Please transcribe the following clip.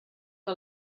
que